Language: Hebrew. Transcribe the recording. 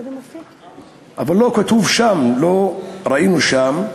אבל לא כתוב שם, לא ראינו שם,